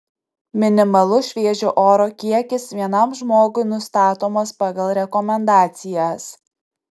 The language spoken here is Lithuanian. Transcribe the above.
minimalus šviežio oro kiekis vienam žmogui nustatomas pagal rekomendacijas